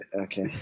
Okay